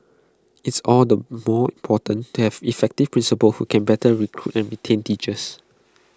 it's all the more important to have effective principals who can better recruit and retain teachers